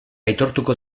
aitortuko